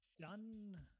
done